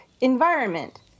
environment